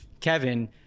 Kevin